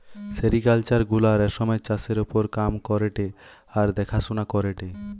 sericulture গুলা রেশমের চাষের ওপর কাম করেটে আর দেখাশোনা করেটে